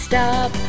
Stop